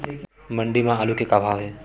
मंडी म आलू के का भाव हे?